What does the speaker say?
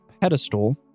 pedestal